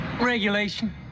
Regulation